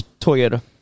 Toyota